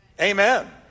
Amen